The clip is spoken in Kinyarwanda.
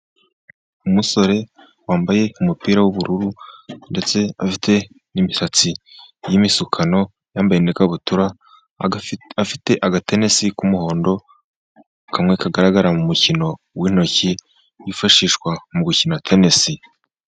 Umusore wambaye umupira w’ubururu, ndetse afite n’imisatsi y’imisukano, yambaye n’ikabutura. Afite agatenesi k’umuhondo kamwe kagaragara mu mukino w’intoki kifashishwa mu gukina tenisi.